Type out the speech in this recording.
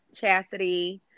Chastity